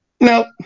nope